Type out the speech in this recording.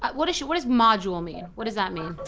what does what does module mean, what does that mean?